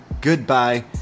Goodbye